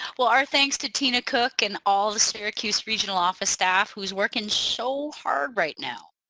well our thanks to tina cook and all the syracuse regional office staff who's working so hard right now.